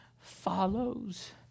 follows